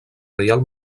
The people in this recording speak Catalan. reial